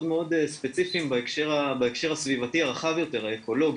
ספציפיים בהקשר הסביבתי הרחב יותר האקולוגי.